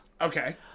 Okay